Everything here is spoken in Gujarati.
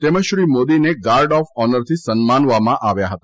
તેમજ શ્રી મોદીને ગાર્ડ ઓફ ઓનરથી સન્માનવામાં આવ્યા હતા